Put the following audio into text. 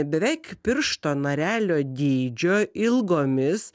beveik piršto narelio dydžio ilgomis